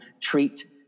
treat